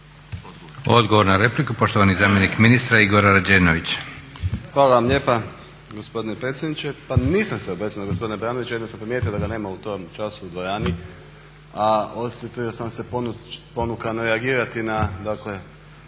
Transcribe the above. Odgovor na repliku, poštovani zamjenik ministra Igor Rađenović. **Rađenović, Igor (SDP)** Hvala vam lijepa gospodine predsjedniče. Pa nisam se obrecnuo gospodine Baranović jedino sam primijetio da ga nema u tom času u dvorani, a osjetio sam se ponukan reagirati na,